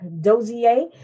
Dozier